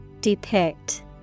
Depict